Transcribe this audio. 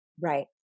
Right